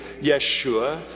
Yeshua